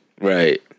Right